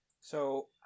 So-